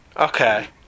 Okay